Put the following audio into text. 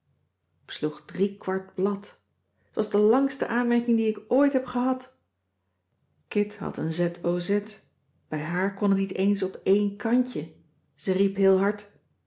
besloeg drie kwart blad t was de langste aanmerking die ik ooit heb gehad kit had een z o z bij haar kon het niet eens op eén kantje ze riep heel hard